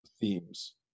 themes